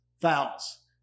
fouls